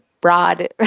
broad